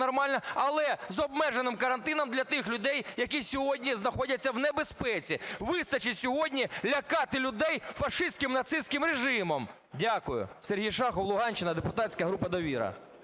але з обмеженим карантином для тих людей, які сьогодні знаходяться в небезпеці. Вистачить сьогодні лякати людей фашистським, нацистським режимом. Дякую. Сергій Шахов, Луганщина, депутатська група "Довіра".